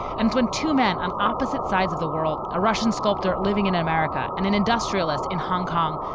and when two men on opposite sides of the world. a russian sculptor living in in america and an industrialist in hong kong,